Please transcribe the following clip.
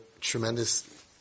tremendous